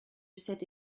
cette